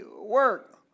work